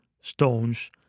stones